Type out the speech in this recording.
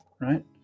right